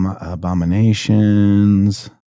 abominations